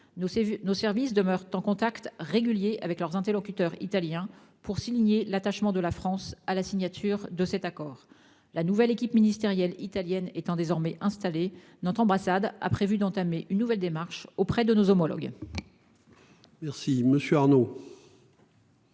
Nos services demeurent en contact régulier avec leurs interlocuteurs italiens pour souligner l'attachement de la France à la signature de cet accord. La nouvelle équipe ministérielle italienne étant désormais installée, notre ambassade a prévu d'entamer une nouvelle démarche auprès de nos homologues.